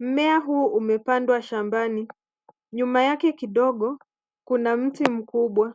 Mmea huu umepandwa shambani. Nyuma yake kidogo kuna mti mkubwa.